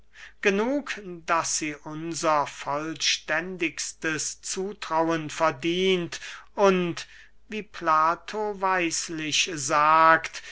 genug daß sie unser vollständigstes zutrauen verdient und wie plato weislich sagt